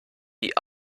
die